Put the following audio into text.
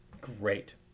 Great